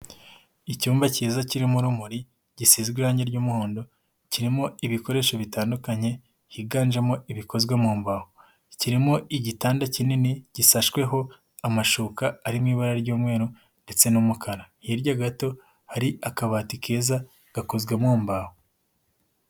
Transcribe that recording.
Icyumba kiza kirimo urumuri gisizwe irangi ry'umuhondo, kirimo ibikoresho bitandukanye higanjemo ibikozwe mu mbaho. Kirimo igitanda kinini gisashweho amashuka arimo ibara ry'umweru ndetse n'umukara, hirya gato hari akabati keza gakozwe mu mbaho.